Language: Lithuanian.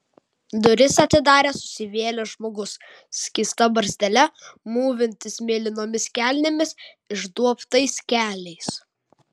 duris atidarė susivėlęs žmogus skysta barzdele mūvintis mėlynomis kelnėmis išduobtais keliais